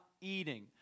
eating